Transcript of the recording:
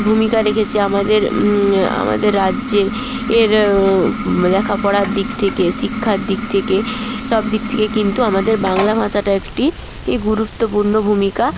ভূমিকা রেখেছে আমাদের আমাদের রাজ্যের লেখাপড়ার দিক থেকে শিক্ষার দিক থেকে সব দিক থেকে কিন্তু আমাদের বাংলা ভাষাটা একটি গুরুত্বপূর্ণ ভূমিকা